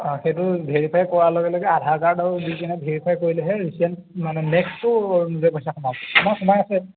অঁ সেইটো ভেৰিফাই কৰাৰ লগে লগে আধাৰ কাৰ্ড আৰু ভেৰিফাই কৰিলেহে ৰিচেণ্ট মানে নেক্সটটো পইচা সোমাব আমাৰ সোমাই সোমাই আছে